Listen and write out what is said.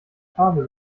farbe